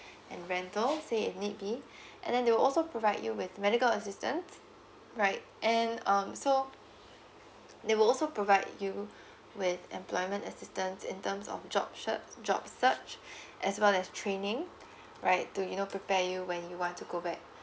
and rental say it need be and then they will also provide you with medical assistance right and um so they will also provide you with employment assistance in terms of job job search as well as training right to you know prepare you when you want to go back